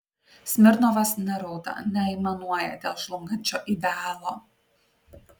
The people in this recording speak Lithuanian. smirnovas nerauda neaimanuoja dėl žlungančio idealo